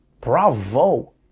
Bravo